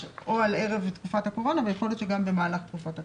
על ערב תקופת הקורונה ויכול להיות שגם במהלך תקופת הקורונה.